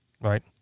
right